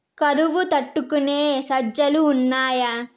కరువు తట్టుకునే సజ్జలు ఉన్నాయా